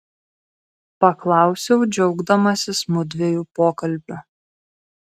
paklausiau džiaugdamasis mudviejų pokalbiu